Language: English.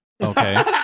okay